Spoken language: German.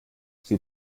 sie